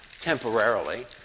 temporarily